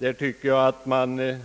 Jag tycker att detta kan betecknas